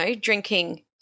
drinking